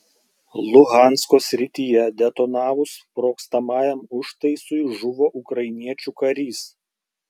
luhansko srityje detonavus sprogstamajam užtaisui žuvo ukrainiečių karys